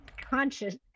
conscious